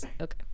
okay